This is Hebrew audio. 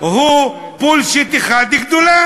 הוא בולשיט אחד גדול.